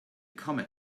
comet